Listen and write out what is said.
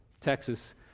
Texas